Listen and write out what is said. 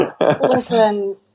Listen